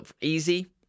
easy